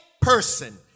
person